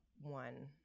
one